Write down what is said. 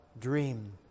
dream